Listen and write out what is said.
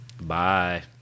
bye